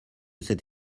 cet